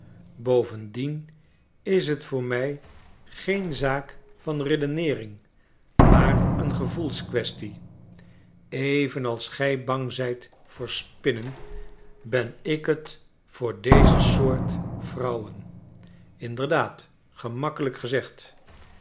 bovendien is het voor mij geen zaak van redeneering maar een gevoelskwestie even als gij bang zijt voor spinnen ben ik het voor deze soort vrouwen inderdaad gemakkelijk gezegd